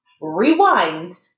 rewind